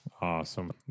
Awesome